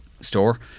store